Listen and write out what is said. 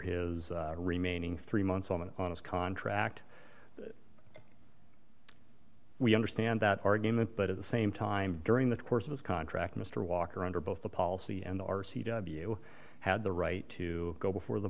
his remaining three months on his contract we understand that argument but at the same time during the course of his contract mr walker under both the policy and the r c w had the right to go before the